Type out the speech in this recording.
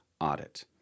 audit